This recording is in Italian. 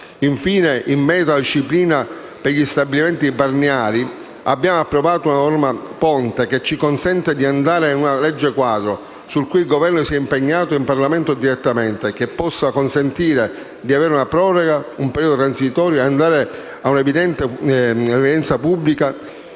Infine, in merito alla disciplina per gli stabilimenti balneari, abbiamo approvato una norma ponte che ci consente di andare a una legge quadro, su cui il Governo si è impegnato in Parlamento direttamente, che possa consentire di avere una proroga, un periodo transitorio, e andare a una evidenza pubblica